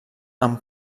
amb